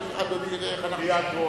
ואדוני יראה איך אני שומר.